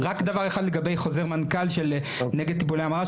רק דבר אחד לגבי חוזר מנכ"ל של נגד טיפולי המרה,